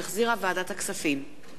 שהחזירה ועדת הכספים.